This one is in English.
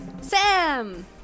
Sam